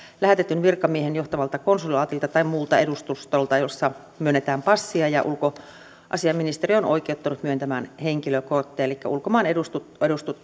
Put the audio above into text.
lähetetyn virkamiehen johtamalta konsulaatilta tai muulta edustustolta jossa myönnetään passeja ja jossa ulkoasiainministeriö on oikeuttanut myöntämään henkilökortteja elikkä ulkomaan edustustot